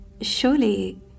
Surely